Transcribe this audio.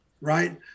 right